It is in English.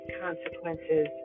consequences